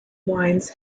wines